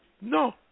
No